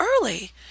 early